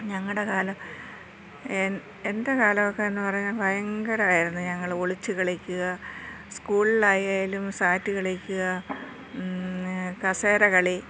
ഞങ്ങളുടെ കാലം എൻ്റെ കാലമൊക്കെന്ന് പറഞ്ഞാൽ ഭയങ്കരമായിരുന്നു ഞങ്ങൾ ഒളിച്ചു കളിക്കുക സ്കൂളിലായാലും സാറ്റ് കളിക്കുക കസേരക്കളി